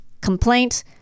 complaint